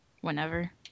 whenever